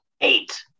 eight